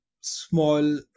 small